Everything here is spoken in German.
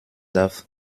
darf